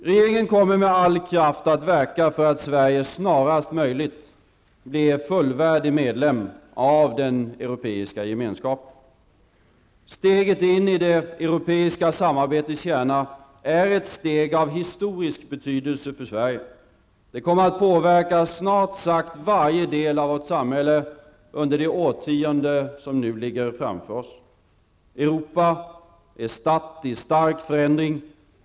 Regeringen kommer med all kraft att verka för att Sverige snarast möjligt blir fullvärdig medlem av den europeiska gemenskapen. Steget in i det europeiska samarbetets kärna är ett steg av historisk betydelse för Sverige. Det kommer att påverka snart sagt varje del av vårt samhälle under det årtionde som nu ligger framför oss. Europa är statt i stark förändring.